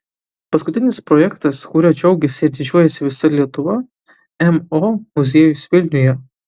paskutinis projektas kuriuo džiaugiasi ir didžiuojasi visa lietuva mo muziejus vilniuje